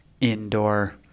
indoor